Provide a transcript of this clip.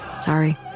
Sorry